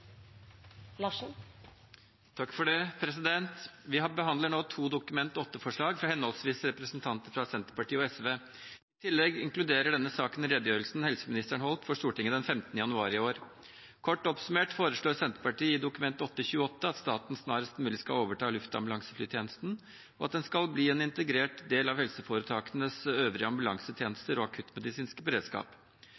holdt for Stortinget den 15. januar i år. Kort oppsummert foreslår Senterpartiet i Dokument 8:28 S for 2019–2020 at staten snarest mulig skal overta luftambulanseflytjenesten, og at den skal bli en integrert del av helseforetakenes øvrige